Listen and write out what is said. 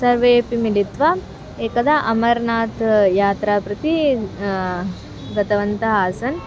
सर्वेऽपि मिलित्वा एकदा अमर्नाथ् यात्रां प्रति गतवन्तः आस्म